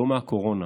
לא מהקורונה,